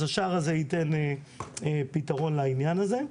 אז השער הזה ייתן פתרון לעניין הזה.